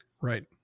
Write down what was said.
Right